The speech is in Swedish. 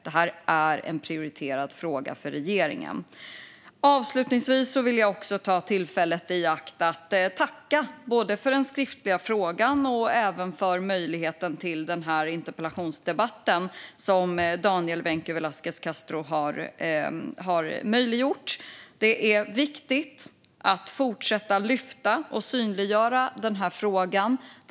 Det här är en prioriterad fråga för regeringen. Avslutningsvis vill jag ta tillfället i akt att tacka både för den skriftliga frågan och för den här interpellationsdebatten, som Daniel Vencu Velasquez Castro har möjliggjort. Det är viktigt att fortsätta lyfta och synliggöra den här frågan.